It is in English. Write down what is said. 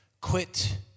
quit